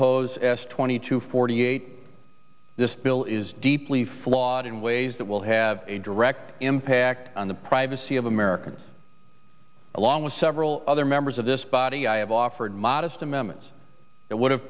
oppose s twenty two forty eight this bill is deeply flawed in ways that will have a direct impact on the privacy of americans along with several other members of this body i have offered modest amendments that would